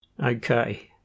Okay